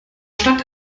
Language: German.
stadt